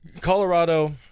Colorado –